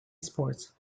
sports